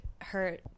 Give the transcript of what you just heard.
hurt